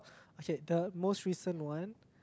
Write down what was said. okay the most recent one